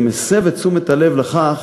אני מסב את תשומת הלב לכך